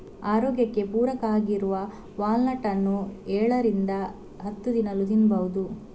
ಆರೋಗ್ಯಕ್ಕೆ ಪೂರಕ ಆಗಿರುವ ವಾಲ್ನಟ್ ಅನ್ನು ಏಳರಿಂದ ಹತ್ತು ದಿನಾಲೂ ತಿನ್ಬಹುದು